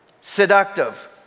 seductive